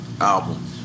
album